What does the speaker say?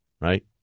Right